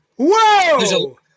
Whoa